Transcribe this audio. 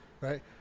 right